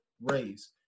raise